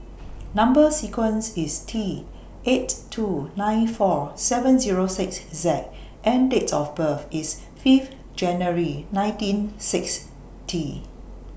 Number sequence IS T eight two nine four seven Zero six Z and Date of birth IS Fifth January nineteen sixty